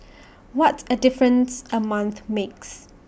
what A difference A month makes